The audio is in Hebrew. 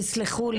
תסלחי לי.